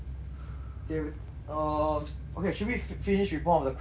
K with um okay should we fi~ fi~ finish with both of the questions that they gave us